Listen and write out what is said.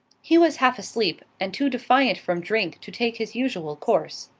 he was half asleep, and too defiant from drink to take his usual course.